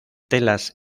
telas